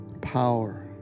power